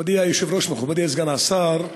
מכובדי היושב-ראש, מכובדי סגן השר,